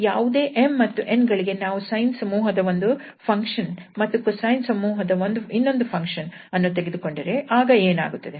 ಯಾವುದೇ 𝑚 ಮತ್ತು 𝑛 ಗಳಿಗೆ ನಾವು sine ಸಮೂಹದಿಂದ ಒಂದು ಫಂಕ್ಷನ್ ಮತ್ತು cosine ಸಮೂಹದಿಂದ ಇನ್ನೊಂದು ಫಂಕ್ಷನ್ ಅನ್ನು ತೆಗೆದುಕೊಂಡರೆ ಆಗ ಏನಾಗುತ್ತದೆ